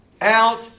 out